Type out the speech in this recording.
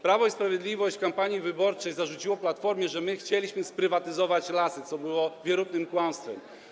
Prawo i Sprawiedliwość w kampanii wyborczej zarzuciło nam, Platformie, że chcieliśmy sprywatyzować lasy, co było wierutnym kłamstwem.